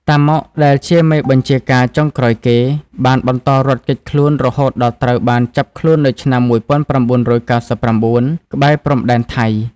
តាម៉ុក ដែលជាមេបញ្ជាការចុងក្រោយគេ បានបន្តរត់គេចខ្លួនរហូតដល់ត្រូវបានចាប់ខ្លួននៅឆ្នាំ១៩៩៩ ក្បែរព្រំដែនថៃ។